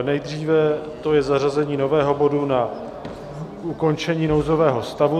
Nejdříve to je zařazení nového bodu Ukončení nouzového stavu.